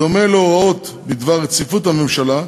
בדומה להוראות בדבר רציפות הממשלה,